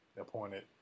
appointed